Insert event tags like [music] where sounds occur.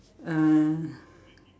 uh [breath]